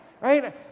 Right